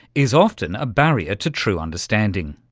is often a barrier to true understanding.